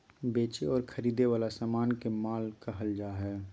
बेचे और खरीदे वला समान के माल कहल जा हइ